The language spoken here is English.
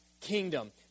kingdom